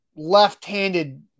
left-handed